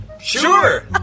Sure